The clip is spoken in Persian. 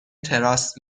تراس